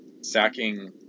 sacking